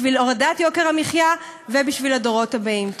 בשביל הורדת יוקר המחיה ובשביל הדורות הבאים.